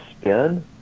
Spin